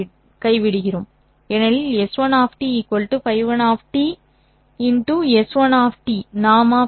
ஏனெனில் S1 Ф 1 || S1 || 0